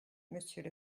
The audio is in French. monsieur